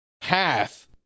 path